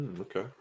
Okay